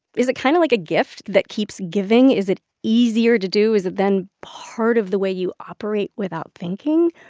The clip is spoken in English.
is it kind of like a gift that keeps giving? is it easier to do? is it then part of the way you operate without thinking?